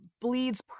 bleeds